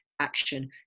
action